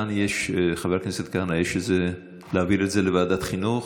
מתן, חבר כנסת כהנא, להעביר את זה לוועדת חינוך?